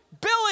Billy